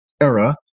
era